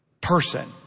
person